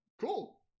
Cool